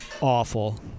awful